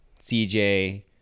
CJ